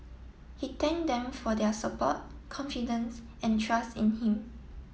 he thanked them for their support confidence and trust in him